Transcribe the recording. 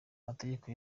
amategeko